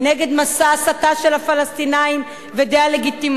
נגד מסע ההסתה של הפלסטינים והדה-לגיטימציה.